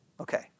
Okay